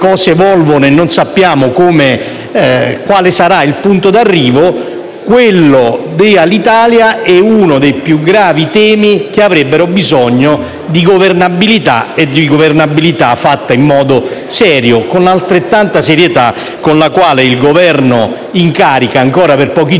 cose evolvono e non sappiamo quale sarà il punto di arrivo. Quello di Alitalia è uno dei temi più gravi che avrebbero bisogno di governabilità; soprattutto di governabilità fatta in modo serio, con quella stessa serietà con la quale il Governo in carica - ancora per pochi giorni